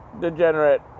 degenerate